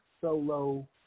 solo